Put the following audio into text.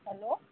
hello